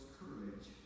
courage